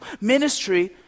ministry